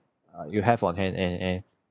uh you have on hand and and